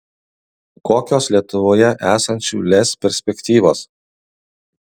kokios lietuvoje esančių lez perspektyvos